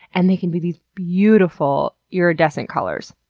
and they can be these beautiful iridescent colors.